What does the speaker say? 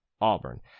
Auburn